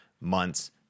months